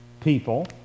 people